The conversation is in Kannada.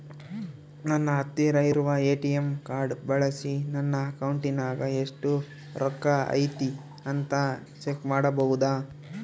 ನನ್ನ ಹತ್ತಿರ ಇರುವ ಎ.ಟಿ.ಎಂ ಕಾರ್ಡ್ ಬಳಿಸಿ ನನ್ನ ಅಕೌಂಟಿನಾಗ ಎಷ್ಟು ರೊಕ್ಕ ಐತಿ ಅಂತಾ ಚೆಕ್ ಮಾಡಬಹುದಾ?